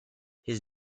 his